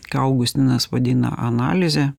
ką augustinas vadina analize